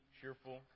cheerful